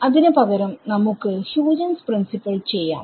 അതിന് പകരം നമുക്ക് ഹ്യൂജൻസ് പ്രിൻസിപ്പിൾ ചെയ്യാം